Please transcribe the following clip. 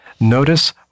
notice